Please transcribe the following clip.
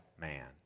man